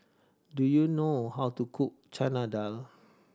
do you know how to cook Chana Dal